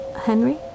Henry